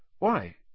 Why